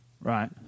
Right